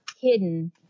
hidden